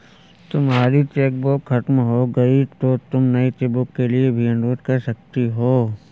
तुम्हारी चेकबुक खत्म हो गई तो तुम नई चेकबुक के लिए भी अनुरोध कर सकती हो